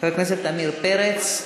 חבר הכנסת עמיר פרץ,